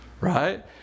right